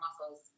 muscles